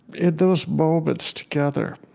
in those moments together,